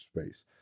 space